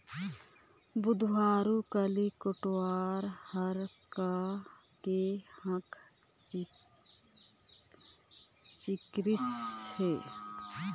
बुधारू काली कोटवार हर का के हाँका चिकरिस हे?